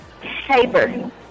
Paper